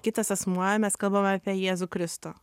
kitas asmuo mes kalbame apie jėzų kristų